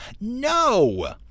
No